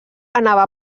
anava